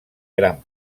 gran